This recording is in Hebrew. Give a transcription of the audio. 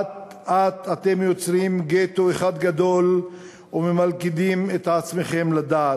אט-אט אתם יוצרים גטו אחד גדול וממלכדים את עצמכם לדעת.